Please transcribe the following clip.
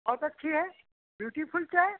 बहुत अच्छी है ब्यूटीफुल चाय